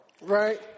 Right